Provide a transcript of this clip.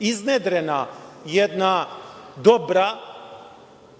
iznedrena jedna dobra